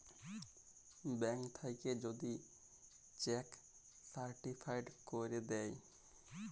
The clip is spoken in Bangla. ব্যাংক থ্যাইকে যদি চ্যাক সার্টিফায়েড ক্যইরে দ্যায়